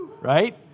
right